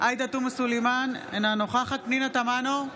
עאידה תומא סלימאן, אינה נוכחת פנינה תמנו,